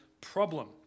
problem